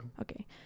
okay